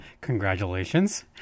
Congratulations